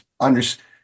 understand